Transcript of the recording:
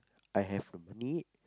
I have a need